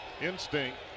instinct